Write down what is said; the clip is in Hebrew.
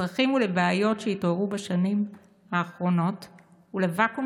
לצרכים ולבעיות שהתעוררו בשנים האחרונות ולוואקום